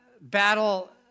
battle